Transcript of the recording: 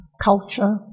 culture